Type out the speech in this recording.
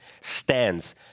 stands